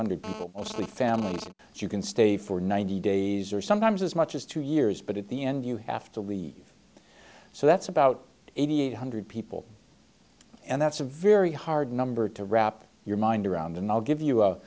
people mostly families that you can stay for ninety days or sometimes as much as two years but at the end you have to leave so that's about eighty eight hundred people and that's a very hard number to wrap your mind around and i'll give you a